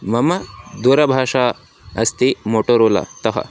मम दूरभाषा अस्ति मोटोरोलातः